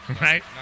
Right